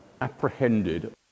apprehended